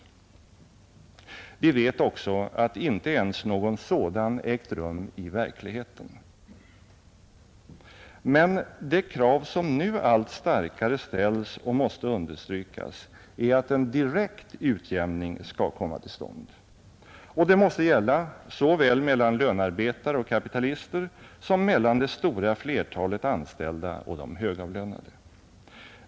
Vi vet också att inte ens någon sådan ägt rum i verkligheten. Men det krav som allt starkare ställs är att en direkt utjämning skall komma till stånd. Och det måste gälla såväl mellan lönearbete och kapitalister som mellan det stora flertalet anställda och de högavlönade.